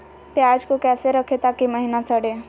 प्याज को कैसे रखे ताकि महिना सड़े?